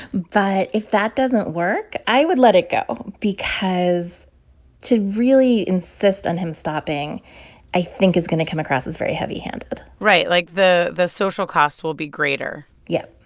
but if that doesn't work, i would let it go because to really insist on him stopping i think is going to come across as very heavy-handed right. like, the the social costs will be greater yeah